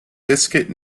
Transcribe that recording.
biscuit